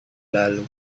lalu